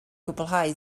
gwblhau